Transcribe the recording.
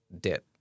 debt